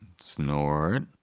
Snort